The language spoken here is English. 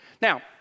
Now